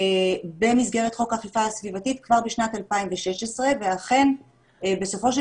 במסגרת חוק האכיפה הסביבתית כבר בשנת 2016 ואכן בסופו של